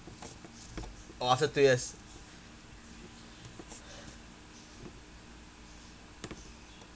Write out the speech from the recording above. oh after two years